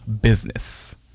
business